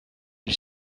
lui